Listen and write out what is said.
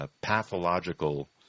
Pathological